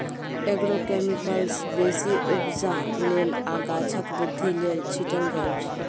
agrochemicals बेसी उपजा लेल आ गाछक बृद्धि लेल छीटल जाइ छै